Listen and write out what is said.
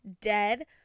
dead